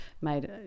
made